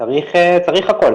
צריך הכול,